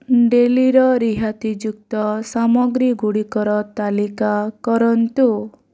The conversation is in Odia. ଡେଲିର ରିହାତିଯୁକ୍ତ ସାମଗ୍ରୀଗୁଡ଼ିକର ତାଲିକା କରନ୍ତୁ